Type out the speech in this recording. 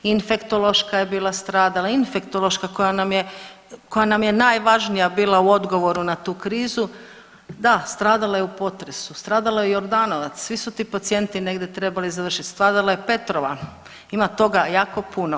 Infektološka je bila stradala, infektološka koja nam je najvažnija bila u odgovoru na tu krizu, da stradala je u potresu, stradala je i Jordanovac svi su ti pacijenti negdje trebali završiti, stradala je Petrova ima toga jako puno.